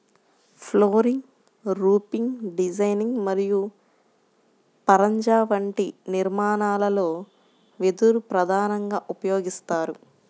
flooring, roofing designing మరియు పరంజా వంటి నిర్మాణాలలో వెదురు ప్రధానంగా ఉపయోగిస్తారు